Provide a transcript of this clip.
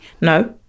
no